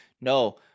no